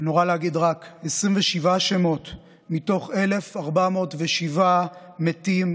נורא להגיד "רק" 27 שמות מתוך 1,407 מתים,